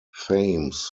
thames